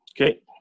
okay